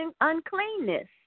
uncleanness